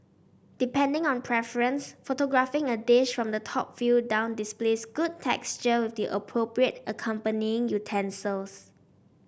depending on preference photographing a dish from the top view down displays good texture with the appropriate accompanying utensils